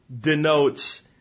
denotes